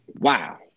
wow